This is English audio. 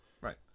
right